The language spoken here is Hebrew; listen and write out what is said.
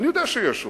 אני יודע שיש עוד,